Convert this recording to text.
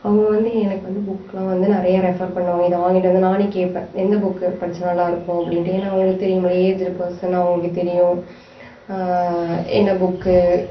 அவங்க வந்து எனக்கு வந்து புக் எல்லாம் வந்து நிறையா ரெஃபர் பண்ணுவாங்க இதை வாங்கிவிட்டு வந்து நானே கேட்பேன் எந்த புக்கு படிச்சால் நல்லா இருக்கும் அப்படின்னுட்டு ஏன்னா அவங்களுக்கு தெரியும் இல்லை ஏஜ்ஜிடு பர்ஷன் அவங்களுக்கு தெரியும் என்ன புக்கு